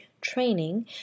training